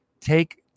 Take